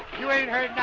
you ain't heard